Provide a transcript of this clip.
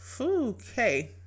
okay